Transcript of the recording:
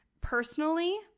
personally